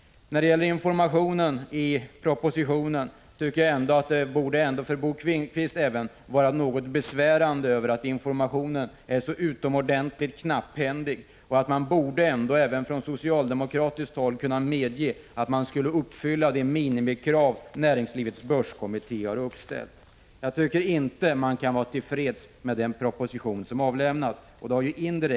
När det gäller informationen tycker jag att även Bo Finnkvist borde känna sig besvärad av att informationen är så utomordentligt knapphändig i propositionen. Även från socialdemokratiskt håll borde man kunna medge att de minimikrav som näringslivets börskommitté har uppställt borde uppfyllas. Jag tycker inte att vi kan vara till freds med den proposition som = Prot. 1985/86:155 avlämnats.